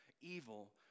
evil